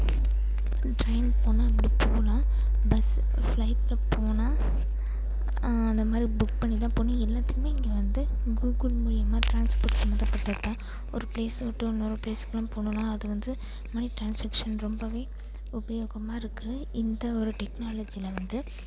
ட்ரெயின்னுக்கு போனால் அப்படி போகலாம் பஸ் ஃப்ளைட்டில் போனால் அந்த மாதிரி புக் பண்ணி தான் போகணும் எல்லாத்துக்குமே இங்கே வந்து கூகுள் மூலியம்மா ட்ரான்ஸ்போர்ட்ஸ் சம்மந்தப்பட்டது தான் ஒரு ப்ளேஸை விட்டு இன்னொரு ப்ளேஸுக்கு எல்லாம் போகணுன்னா அது வந்து மனி ட்ரான்ஸ்செக்ஷன் ரொம்பவே உபயோகமாக இருக்கு இந்த ஒரு டெக்னாலஜியில வந்து